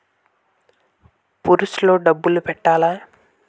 Purse లో డబ్బులు పెట్టలా?